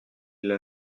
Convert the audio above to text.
mille